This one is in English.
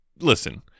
listen